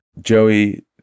Joey